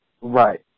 Right